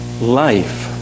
life